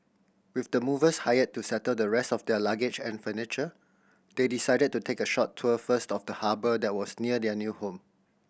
with the movers hired to settle the rest of their luggage and furniture they decided to take a short tour first of the harbour that was near their new home